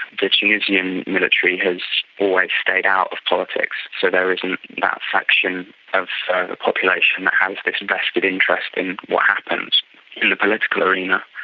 the tunisian military has always stayed out of politics, so there isn't that faction of sort of the population that um has this and vested interest in what happens in the political arena.